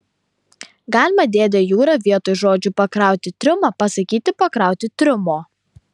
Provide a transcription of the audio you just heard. galima dėde jura vietoj žodžių pakrauti triumą pasakyti pakrauti triumo